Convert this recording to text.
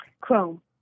Chrome